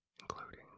including